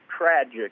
tragic